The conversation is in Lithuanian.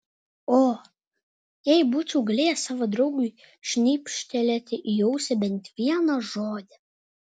o jei būčiau galėjęs savo draugui šnibžtelėti į ausį bent vieną žodį